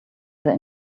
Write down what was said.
their